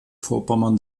vorpommern